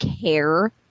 care